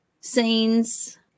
scenes